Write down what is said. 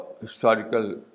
historical